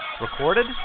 Recorded